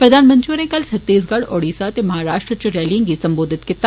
प्रधानमंत्री होरें कल छत्तीसगढ़ ओडिया ते महाराष्ट्र इच रैलिए गी संबोधित कीता